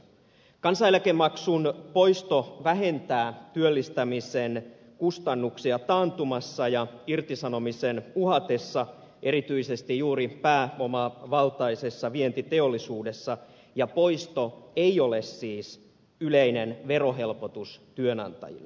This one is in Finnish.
kansaneläkemaksun poisto vähentää työllistämisen kustannuksia taantumassa ja irtisanomisen uhatessa erityisesti juuri pääomavaltaisessa vientiteollisuudessa ja poisto ei ole siis yleinen verohelpotus työnantajille